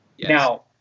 Now